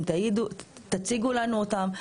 תציגו לנו אותם.